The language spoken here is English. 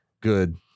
good